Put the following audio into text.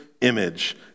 image